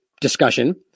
discussion